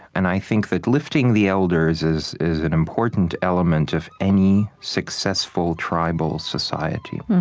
and i think that lifting the elders is is an important element of any successful tribal society.